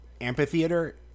Amphitheater